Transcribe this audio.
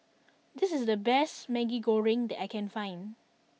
this is the best Maggi Goreng that I can find